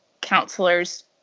counselors